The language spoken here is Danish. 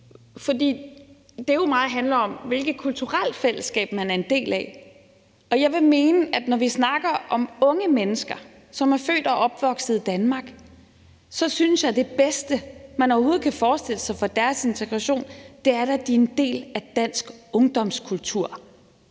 jo meget handler om, hvilke kulturelt fællesskab man er en del af. Og når vi snakker om unge mennesker, som er født og opvokset i Danmark, så synes jeg da, at det bedste, man overhovedet kan forestille sig for deres integration, er, at de er en del af dansk ungdomskultur.